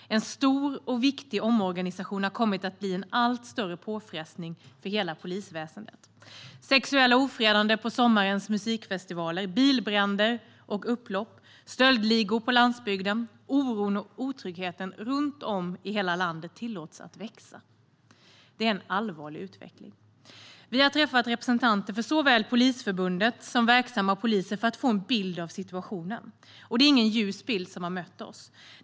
En stor och viktig omorganisation har kommit att bli en allt större påfrestning för hela polisväsendet. Vi ser sexuella ofredanden på sommarens musikfestivaler, bilbränder och upplopp och stöldligor på landsbygden. Oron och otryggheten runt om i hela landet tillåts att växa. Det är en allvarlig utveckling. Vi har träffat representanter för såväl Polisförbundet som verksamma poliser för att få en bild av situationen. Det är ingen ljus bild som har mött oss.